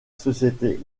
société